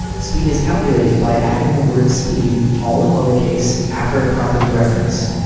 speed is calculated by adding the word speed, all in lower case, after a property reference.